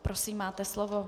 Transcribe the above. Prosím, máte slovo.